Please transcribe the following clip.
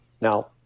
Now